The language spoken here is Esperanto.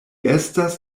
estas